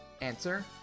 Answer